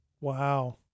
wow